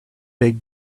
big